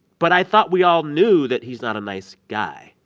but i thought we all knew that he's not a nice guy,